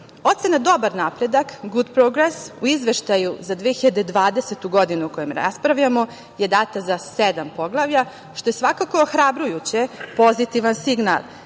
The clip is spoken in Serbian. Ocena dobar napredak u izveštaju za 2020. godinu o kojem raspravljamo je data za sedam poglavlja, što je svakako ohrabrujuće pozitivan signal